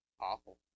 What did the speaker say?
awful